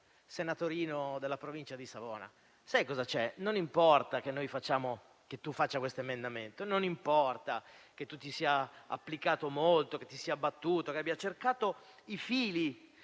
senatorino della provincia di Savona, sai cosa c'è? Non importa che tu faccia questo emendamento; non importa che tu ti sia applicato molto, che ti sia battuto e che abbia cercato i fili